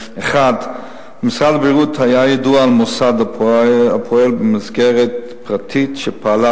1. למשרד הבריאות היה ידוע על מוסד הפועל במסגרת פרטית שפעלה